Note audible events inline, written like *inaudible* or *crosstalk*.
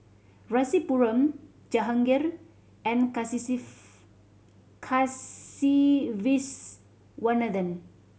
Rasipuram Jahangir and *unintelligible* Kasiviswanathan